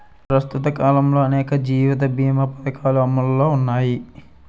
ప్రస్తుత కాలంలో అనేక జీవిత బీమా పధకాలు అమలులో ఉన్నాయి